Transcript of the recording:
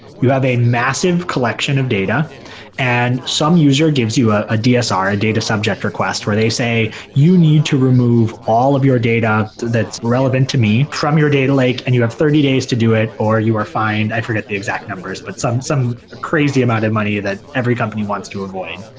you have a massive collection of data and some user gives you ah a dsr, a data subject request where they say you need to remove all of your data that's relevant to me from your data lake and you have thirty days to do it or you are fined. i forget the exact numbers, but some some ah crazy amount of money that every company wants to avoid.